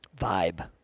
vibe